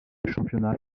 championnat